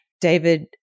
David